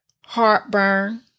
heartburn